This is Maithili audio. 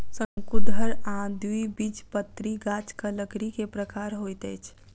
शंकुधर आ द्विबीजपत्री गाछक लकड़ी के प्रकार होइत अछि